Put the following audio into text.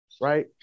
Right